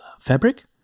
fabric